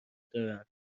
دارند